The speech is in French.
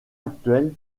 actuel